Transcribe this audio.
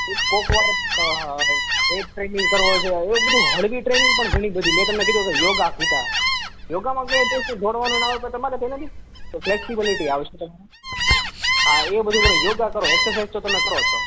કોકવાર break training કરવો છે એવું બધું હળવી ટ્રેનિંગ પણ ઘણી બધી મેં તમને કીધું કે યોગા કીધા યોગમાં જોડવાનું આમ તમારે પહેલેથી જ ફ્લેક્સિબલિટી આવશે તમને હાં એ બધું પણ યોગા કરો એક્સરસાઈઝ તો તમે કરો જ છો